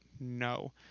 No